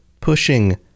pushing